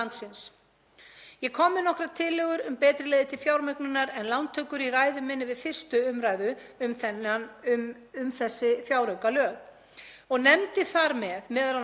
og nefndi þar m.a. hvalrekaskatt, eins og t.d. bankaskatt og auðlindaskatt, sem valkost. Þar fjallaði ég ítarlega um þessa valkosti og mun ekki endurtaka það allt hér.